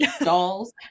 dolls